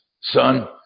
son